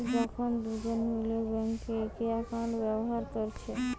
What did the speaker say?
যখন দুজন মিলে বেঙ্কে একই একাউন্ট ব্যাভার কোরছে